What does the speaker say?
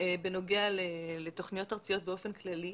בנוגע לתכניות ארציות באופן כללי,